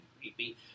creepy